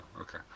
okay